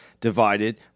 divided